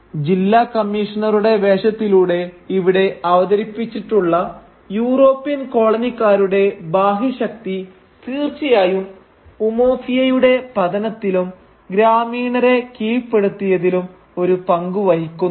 ജില്ലാ കമ്മീഷണറുടെ വേഷത്തിലൂടെ ഇവിടെ അവതരിപ്പിച്ചിട്ടുള്ള യൂറോപ്യൻ കോളനിക്കാരുടെ ബാഹ്യശക്തി തീർച്ചയായും ഉമോഫിയയുടെ പതനത്തിലും ഗ്രാമീണരെ കീഴ്പ്പെടുത്തിയതിലും ഒരു പങ്കുവഹിക്കുന്നുണ്ട്